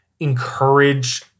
encourage